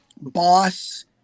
boss